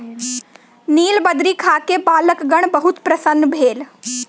नीलबदरी खा के बालकगण बहुत प्रसन्न भेल